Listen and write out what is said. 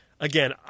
again